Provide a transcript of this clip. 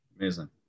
Amazing